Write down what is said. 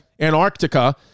Antarctica